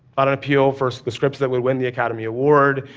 not an appeal for the scripts that will win the academy award,